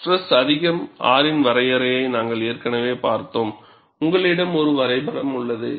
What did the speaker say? stress விகிதம் R ன் வரையறையை நாங்கள் ஏற்கனவே பார்த்தோம் உங்களிடம் ஒரு வரைபடம் உள்ளது